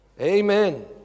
Amen